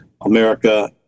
America